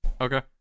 Okay